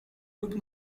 lub